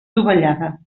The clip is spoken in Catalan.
dovellada